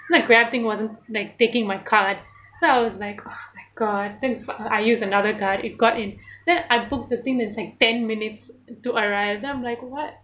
then the grab thing wasn't like taking my card so I was like oh my god then I used another card it got in then I booked the thing it was like ten minutes to arrive then I'm like what